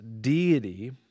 deity